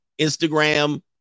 Instagram